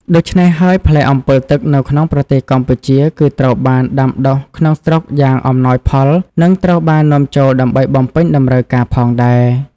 ដូច្នេះហើយ ផ្លែអម្ពិលទឹកនៅក្នុងប្រទេសកម្ពុជាគឺត្រូវបានដាំដុះក្នុងស្រុកយ៉ាងអំណោយផល និងត្រូវបាននាំចូលដើម្បីបំពេញតម្រូវការផងដែរ។